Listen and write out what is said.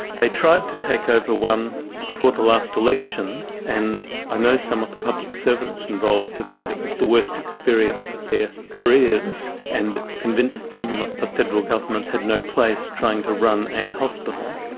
they tried to take over one for the last election and i know some of the public servants involved have said it was the worst experience of their careers, and it convinced them that the federal government had no place trying to run a hospital,